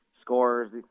scorers